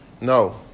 no